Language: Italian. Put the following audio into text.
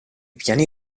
piani